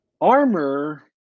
armor